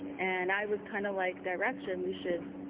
and i was kind of like, direction? we should,